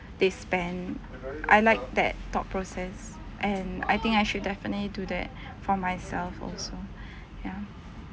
they spend I like that thought process and I think I should definitely do that for myself also ya